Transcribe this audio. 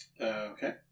Okay